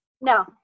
No